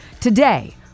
Today